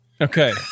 Okay